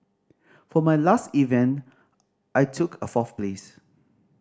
for my last event I took a fourth place